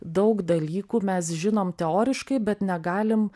daug dalykų mes žinom teoriškai bet negalim